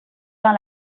dans